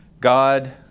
God